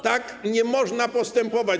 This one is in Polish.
Tak nie można postępować.